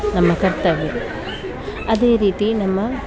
ನಮ್ಮ ಕರ್ತವ್ಯ ಅದೇ ರೀತಿ ನಮ್ಮ